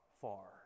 far